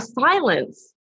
silence